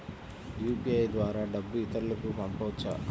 UPI ద్వారా డబ్బు ఇతరులకు పంపవచ్చ?